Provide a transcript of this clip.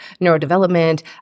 neurodevelopment